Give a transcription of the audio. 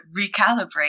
recalibrate